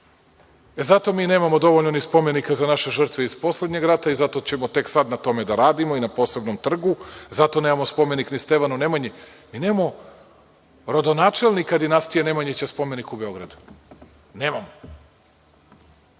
E, zato mi nemamo dovoljno spomenika za naše žrtve iz poslednje rata i zato ćemo tek sada na tome da radimo i na posebnom trgu. Zato nemam spomenik ni Stefanu Nemanji. Mi nemamo rodonačelnika dinastije Nemanjića spomenik u Beogradu. Nemamo,